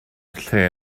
lle